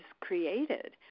created